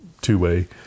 two-way